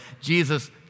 Jesus